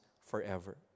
forever